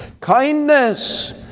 kindness